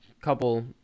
couple